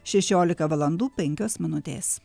šešiolika valandų penkios minutės